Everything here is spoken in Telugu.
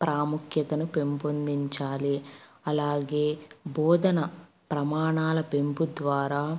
ప్రాముఖ్యతను పెంపొందించాలి అలాగే బోధన ప్రమాణాల పెంపు ద్వారా